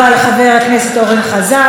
תודה רבה לחבר הכנסת אורן חזן.